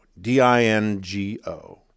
d-i-n-g-o